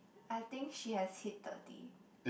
I think she has hit thirty